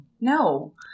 No